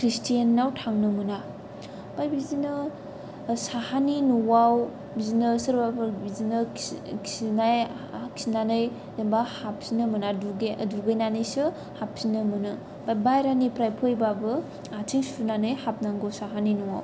ख्रिष्टाननाव थांनो मोना ओमफाय बिदिनो साहानि न'आव बिदिनो सोरबोफोर बिदिनो खिनाय जेनेबा खिनानै हाबफिननो मोना दुगै दुगैनानैसो हाबफिननो मोनो बायह्रानिफ्राय फैब्लाबो आथिं सुनानै हाबनांगौ साहानि न'आव